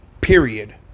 period